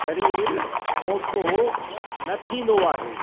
शरीर मोटो न थींदो आहे